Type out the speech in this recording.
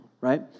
right